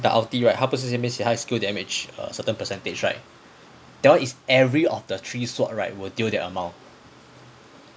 the ulti opposite 他不是那边写他的 skill damage a certain percentage right there is every of the three sword right will deal that amount